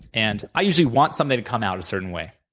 and i usually want something to come out a certain way,